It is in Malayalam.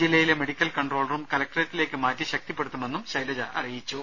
ജില്ലയിലെ മെഡിക്കൽ കൺട്രോൾ റൂം കലക്ട്രേറ്റിലേക്ക് മാറ്റി ശക്തിപ്പെടുത്തുമെന്നും ശൈലജ അറിയിച്ചു